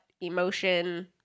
emotion